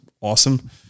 awesome